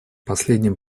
последним